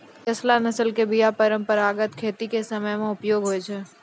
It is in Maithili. देशला नस्ल के बीया परंपरागत खेती के समय मे उपयोग होय छै